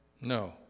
No